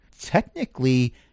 Technically